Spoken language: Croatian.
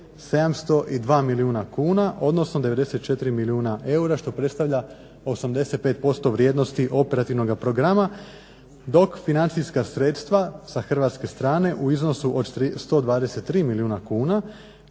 702 milijuna kuna, odnosno 94 milijuna eura što predstavlja 85% vrijednosti operativnoga programa dok financijska sredstva sa hrvatske strane u iznosu od 123 milijuna kuna